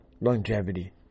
longevity